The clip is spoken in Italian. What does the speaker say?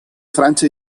francia